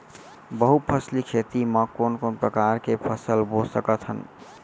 बहुफसली खेती मा कोन कोन प्रकार के फसल बो सकत हन?